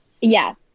Yes